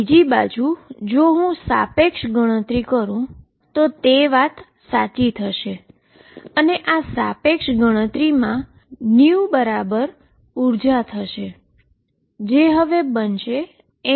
બીજી બાજુ હવે જો હું રીલેટીવીસ્ટીક ગણતરી કરું તો તે સાચી થશે